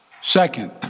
Second